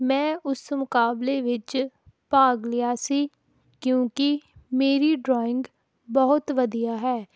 ਮੈਂ ਉਸ ਮੁਕਾਬਲੇ ਵਿੱਚ ਭਾਗ ਲਿਆ ਸੀ ਕਿਉਂਕਿ ਮੇਰੀ ਡਰੋਇੰਗ ਬਹੁਤ ਵਧੀਆ ਹੈ